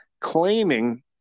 claiming